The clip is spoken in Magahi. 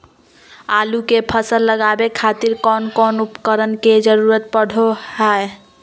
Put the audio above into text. आलू के फसल लगावे खातिर कौन कौन उपकरण के जरूरत पढ़ो हाय?